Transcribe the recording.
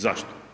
Zašto?